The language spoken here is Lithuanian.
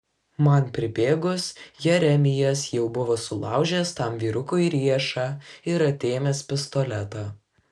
man pribėgus jeremijas jau buvo sulaužęs tam vyrukui riešą ir atėmęs pistoletą